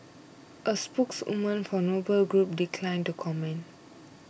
a spokeswoman for Noble Group declined to comment